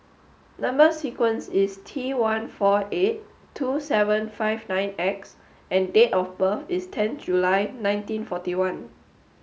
number sequence is T one four eight two seven five nine X and date of birth is ten July nineteen forty one